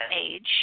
age